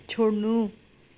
छोड्नु